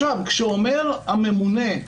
כשהממונה,